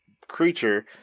creature